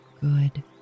good